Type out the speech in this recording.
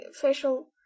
facial